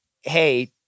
hey